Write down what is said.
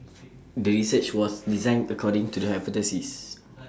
the research was designed according to the hypothesis